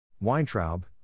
Weintraub